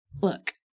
look